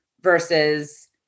versus